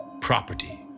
Property